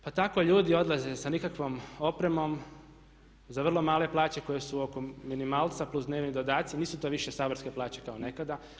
Pa tako ljudi odlaze sa nikakvom opremom za vrlo male plaće koje su oko minimalca plus dnevni dodaci, nisu to više saborske plaće kao nekada.